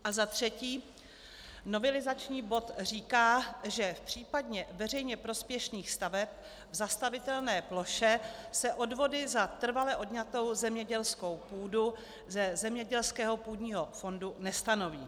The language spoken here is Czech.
A za třetí novelizační bod říká, že v případě veřejně prospěšných staveb v zastavitelné ploše se odvody za trvale odňatou zemědělskou půdu ze zemědělského půdního fondu nestanoví.